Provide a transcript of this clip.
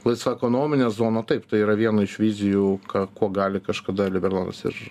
laisva ekonomine zona taip tai yra viena iš vizijų ką kuo gali kažkada liberlandas ir